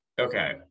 Okay